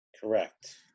Correct